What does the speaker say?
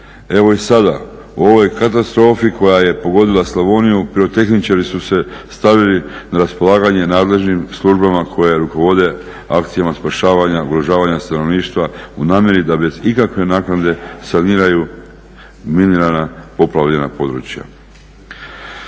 Evo i sada u ovoj katastrofi koja je pogodila Slavoniju pirotehničari su se stavili na raspolaganje nadležnim službama koje rukovode akcijama spašavanja, ugrožavanja stanovništva u namjeri da bez ikakve naknade saniraju minirana poplavljena područja.